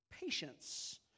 patience